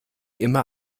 immer